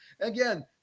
Again